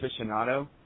aficionado